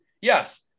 yes